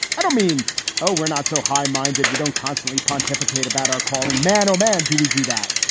i don't mean oh, we're not so high minded. we don't constantly pontificate about our calling, man. oh, man. do we do that?